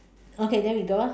okay then we go ah